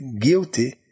guilty